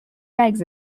begs